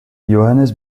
johannes